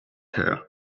here